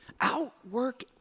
Outwork